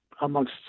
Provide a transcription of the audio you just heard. amongst